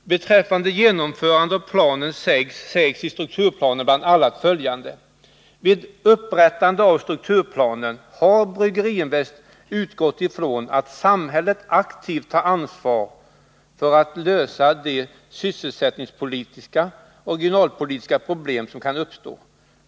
Beträffande genomförandet av planen sägs i strukturplanen bl.a. följande: ”Vid upprättandet av strukturplanen har Brygginvest utgått ifrån att samhället aktivt tar sitt ansvar för att lösa de sysselsättningspolitiska och regionalpolitiska problem som kan uppstå.